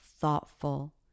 thoughtful